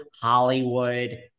Hollywood